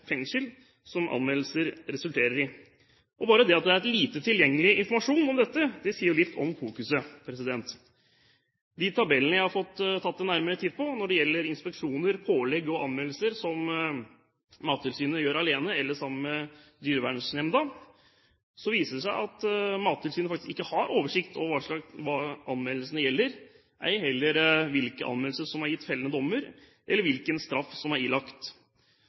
fengsel, som anmeldelser resulterer i. Bare det at det er lite tilgjengelig informasjon om dette, sier litt om fokuset. Jeg har tatt en nærmere titt på de tabellene som gjelder inspeksjoner, pålegg og anmeldelser som Mattilsynet gjør alene eller sammen med dyrevernsnemnda. De viser at Mattilsynet faktisk ikke har oversikt over hva anmeldelsene gjelder, ei heller hvilke anmeldelser som har gitt fellende dom og hvilken straff som er ilagt.